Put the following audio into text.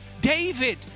David